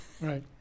Right